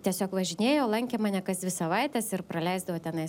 tiesiog važinėjo lankė mane kas dvi savaites ir praleisdavo tenais